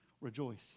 rejoice